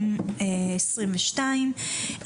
ב-13.6.2022,